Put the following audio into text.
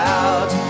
out